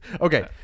Okay